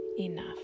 enough